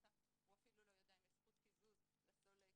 השר,